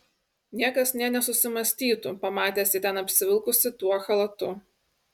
niekas nė nesusimąstytų pamatęs jį ten apsivilkusį tuo chalatu